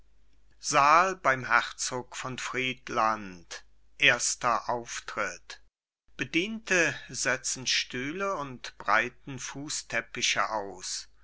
saal beim herzog von friedland erster auftritt bediente setzen stühle und breiten fußteppiche aus